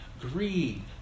greed